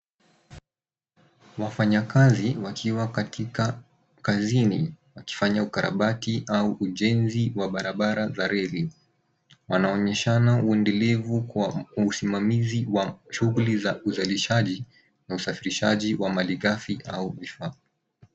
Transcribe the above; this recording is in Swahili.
Wafanya kazi wakiwa katika kazini wakifanya ukarabati au ujenzi wa barabara za reli. Wanaonyeshana uendelevu kwa usimamizi wa shughuli za uzalishaji na usafirishaji wa malighafi au vifaa.